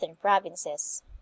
provinces